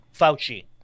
Fauci